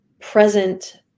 present